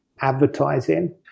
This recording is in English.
advertising